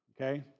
okay